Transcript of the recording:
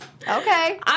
Okay